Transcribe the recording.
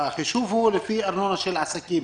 והחישוב הוא לפי ארנונה של עסקים.